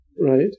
right